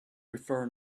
prefer